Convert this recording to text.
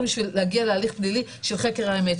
בשביל להגיע להליך פלילי של חקר האמת.